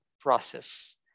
process